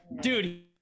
Dude